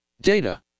Data